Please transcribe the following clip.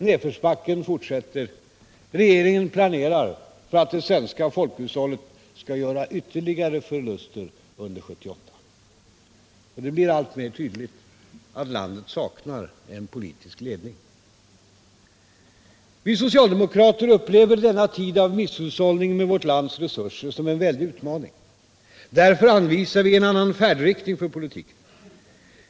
Nedförsbacken fortsätter. Regeringen planerar för att det svenska folkhushållet skall göra ytterligare förluster under 1978. Det blir alltmer tydligt att landet saknar en politisk ledning. Vi socialdemokrater upplever denna tid av misshushållning med vårt lands resurser som en väldig utmaning. Därför anvisar vi en annan färdriktning för politiken.